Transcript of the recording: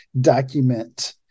document